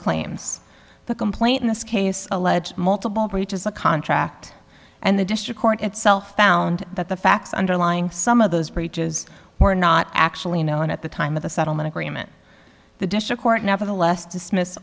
claims the complaint in this case allege multiple breaches a contract and the district court itself found that the facts underlying some of those breaches were not actually known at the time of the settlement agreement the district court nevertheless dismissed